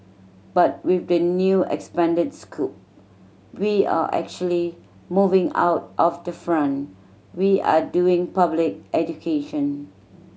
but with the new expanded scope we are actually moving out of the front we are doing public education